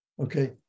Okay